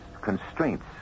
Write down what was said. constraints